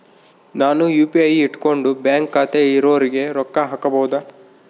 ನಾನು ಯು.ಪಿ.ಐ ಇಟ್ಕೊಂಡು ಬ್ಯಾಂಕ್ ಖಾತೆ ಇರೊರಿಗೆ ರೊಕ್ಕ ಹಾಕಬಹುದಾ?